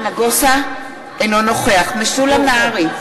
אינו נוכח משולם נהרי,